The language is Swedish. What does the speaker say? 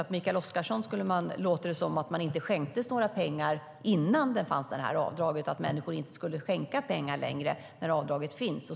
På Mikael Oscarsson låter det som att det inte skänktes några pengar innan avdragsrätten fanns och att människor inte skulle skänka pengar längre om avdragsrätten togs bort.